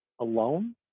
alone